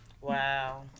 Wow